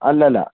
അല്ലല്ലാ